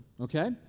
okay